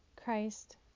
Christ